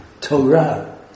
Torah